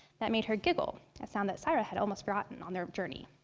that made her giggle, a sound that sayra had almost forgotten on their journey.